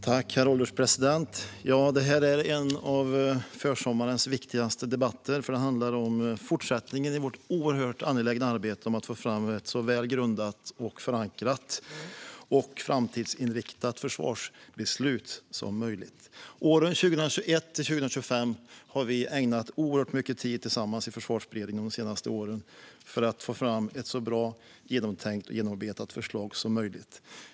Herr ålderspresident! Det här är en av försommarens viktigaste debatter, för den handlar om fortsättningen på vårt oerhört angelägna arbete med att få fram ett så välgrundat, förankrat och framtidsinriktat försvarsbeslut som möjligt. Vi har ägnat åren 2021-2025 oerhört mycket tid tillsammans i Försvarsberedningen de senaste åren för att få fram ett så bra, genomtänkt och genomarbetat förslag som möjligt.